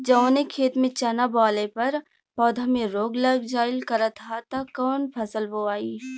जवने खेत में चना बोअले पर पौधा में रोग लग जाईल करत ह त कवन फसल बोआई?